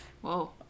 Whoa